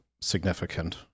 significant